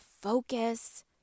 focus